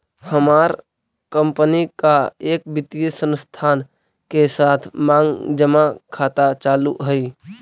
हमार कंपनी का एक वित्तीय संस्थान के साथ मांग जमा खाता चालू हई